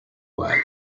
way